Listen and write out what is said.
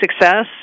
success